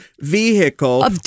vehicle